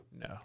no